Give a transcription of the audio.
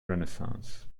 renaissance